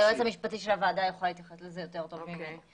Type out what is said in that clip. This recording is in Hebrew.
היועץ המשפטי של הוועדה יכול להתייחס לזה יותר טוב ממני.